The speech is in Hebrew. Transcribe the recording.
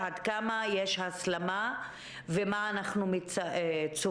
עד כמה יש הסלמה ומה אנחנו צופים,